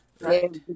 right